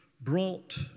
brought